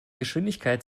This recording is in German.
geschwindigkeit